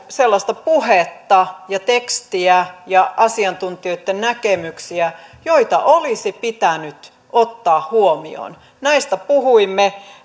sellaista puhetta tekstiä ja asiantuntijoitten näkemyksiä jotka olisi pitänyt ottaa huomioon näistä puhuimme